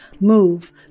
move